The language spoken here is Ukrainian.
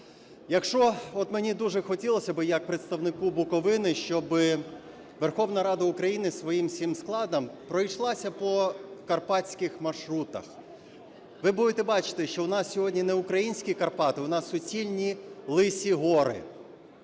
Якщо, от мені дуже хотілося би як представнику Буковини, щоби Верховна Рада України своїм всім складом пройшлася по карпатських маршрутах. Ви будете бачити, що у нас сьогодні не українські Карпати – у нас суцільні лисі гори.